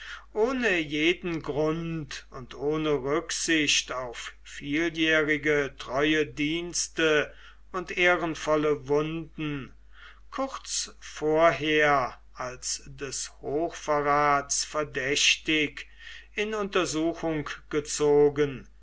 ohne jeden grund und ohne rücksicht auf vieljährige treue dienste und ehrenvolle wunden kurz vorher als des hochverrats verdächtig in untersuchung gezogen